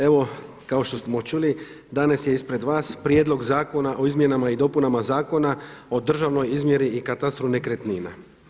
Evo kao što smo čuli danas je ispred vas prijedlog Zakona o izmjenama i dopunama Zakona o državnoj izmjeri i katastru nekretnina.